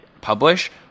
publish